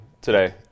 today